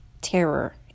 terror